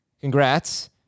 Congrats